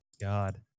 God